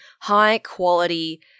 high-quality